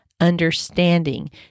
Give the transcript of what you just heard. understanding